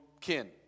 kin